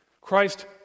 Christ